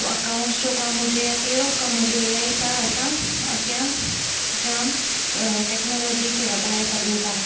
accounts जो कमु हुजे या कहिड़ो बि कमु हुजे एआई सां असां अॻियां जाम टेक्नोलॉजी खे वधाए सघूं था